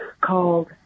called